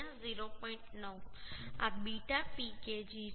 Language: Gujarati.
9 આ બીટા Pkg છે